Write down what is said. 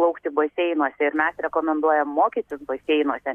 plaukti baseinuose ir mes rekomenduojam mokytis baseinuose